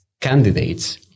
candidates